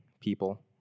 people